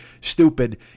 stupid